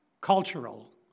cultural